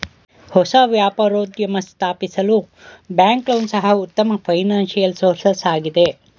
ಹೊಸ ವ್ಯಾಪಾರೋದ್ಯಮ ಸ್ಥಾಪಿಸಲು ಬ್ಯಾಂಕ್ ಲೋನ್ ಸಹ ಉತ್ತಮ ಫೈನಾನ್ಸಿಯಲ್ ಸೋರ್ಸಸ್ ಆಗಿದೆ